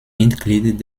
mitglied